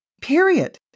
Period